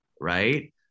right